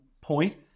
point